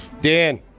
Dan